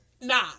Nah